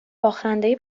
باخنده